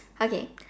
okay